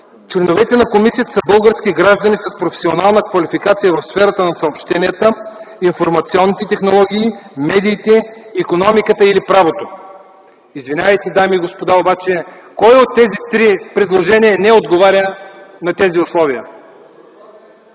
„Членовете на комисията са български граждани с професионална квалификация в сферата на съобщенията, информационните технологии, медиите, икономиката или правото”. Извинявайте, дами и господа, но кое от тези три предложения не отговаря на тези три условия?!